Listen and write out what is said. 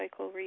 recycle